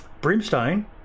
Brimstone